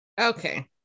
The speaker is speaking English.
Okay